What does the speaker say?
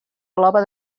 clova